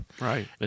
Right